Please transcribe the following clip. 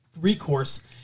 recourse